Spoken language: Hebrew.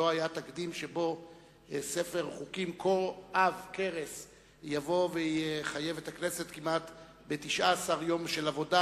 ולא היה תקדים שבו ספר חוקים כה עב כרס נעשה ב-19 יום של עבודה